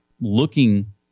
looking